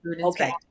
okay